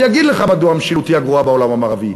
אני אגיד לך מדוע המשילות היא הגרועה בעולם המערבי: